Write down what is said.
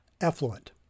effluent